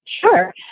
Sure